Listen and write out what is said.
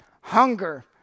Hunger